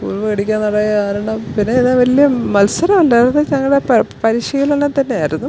ഉറുമ്പ് കടിക്കാൻ തുടങ്ങിയ കാരണം പിന്നെ ഇത് വലിയ മത്സരം അല്ലായിരുന്നു ഞങ്ങളുടെ പ പരിശീലനത്തിൻ്റെ ആയിരുന്നു